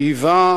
והיווה,